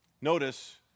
Notice